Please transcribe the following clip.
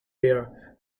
beer